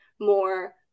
more